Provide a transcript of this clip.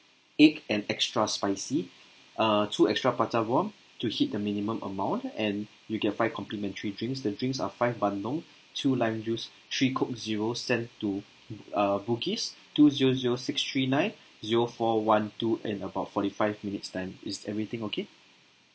egg and extra spicy uh two extra prata bomb to hit the minimum amount and you get five complimentary drinks the drinks are five bandung two lime juice three coke zero send to uh bugis two zero zero six three nine zero four one two and about forty five minutes time is everything okay